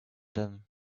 them